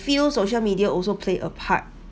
feels social media also play a part